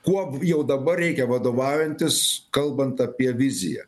kuo jau dabar reikia vadovaujantis kalbant apie viziją